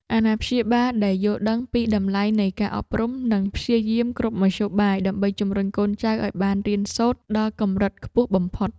អាណាព្យាបាលដែលយល់ដឹងពីតម្លៃនៃការអប់រំនឹងព្យាយាមគ្រប់មធ្យោបាយ ដើម្បីជំរុញកូនចៅឱ្យបានរៀនសូត្រដល់កម្រិតខ្ពស់បំផុត។